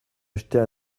acheter